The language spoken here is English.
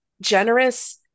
generous